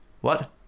What